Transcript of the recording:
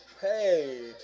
Hey